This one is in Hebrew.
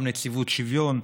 גם נציבות שוויון,